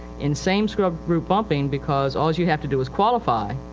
in same sub-group bumping because alls you have to do is qualify,